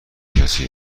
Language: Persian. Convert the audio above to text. کسی